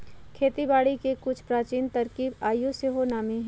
खेती बारिके के कुछ प्राचीन तरकिब आइयो सेहो नामी हइ